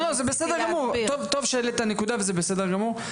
טוב שהעלית נקודה וזה בסדר גמור.